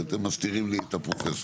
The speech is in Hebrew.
כי אתם מסתירים לי את הפרופסור.